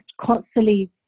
constantly